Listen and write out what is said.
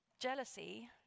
Jealousy